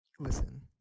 listen